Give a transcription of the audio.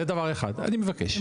אני מבקש.